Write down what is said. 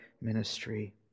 ministry